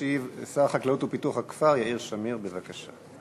ישיב שר החקלאות ופיתוח הכפר יאיר שמיר, בבקשה.